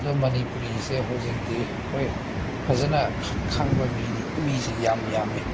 ꯑꯗꯨ ꯃꯅꯤꯄꯨꯔꯤꯁꯦ ꯍꯧꯖꯤꯛꯇꯤ ꯍꯣꯏ ꯐꯖꯅ ꯈꯪꯕ ꯃꯤꯅꯤ ꯃꯤꯁꯦ ꯌꯥꯝ ꯌꯥꯝꯃꯦ